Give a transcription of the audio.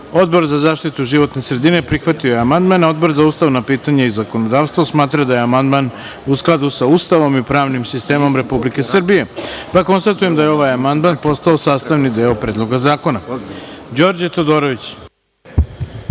za zaštitu životne sredine prihvatio je amandman, a Odbor za ustavna pitanja i zakonodavstvo smatra da je amandman u skladu sa Ustavom i pravnim sistemom Republike Srbije. Konstatujem da je ovaj amandman postao sastavni deo Predloga zakona. Reč